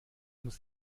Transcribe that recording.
muss